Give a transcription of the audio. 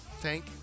Tank